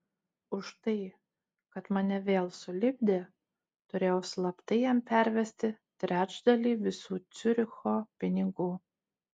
už tai kad mane vėl sulipdė turėjau slaptai jam pervesti trečdalį visų ciuricho pinigų